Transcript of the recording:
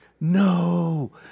no